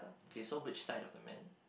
okay so which side of the man